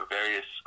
various